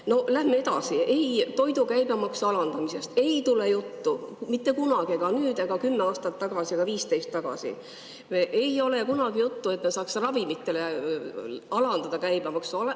Noh, lähme edasi. Toidu käibemaksu alandamisest ei tule juttu mitte kunagi, ei nüüd ega kümme aastat tagasi, ka mitte 15 tagasi. Ei ole kunagi juttu, et me saaks ravimitele alandada käibemaksu